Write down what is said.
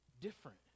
different